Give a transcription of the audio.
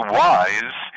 wise